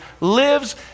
lives